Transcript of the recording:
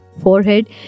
forehead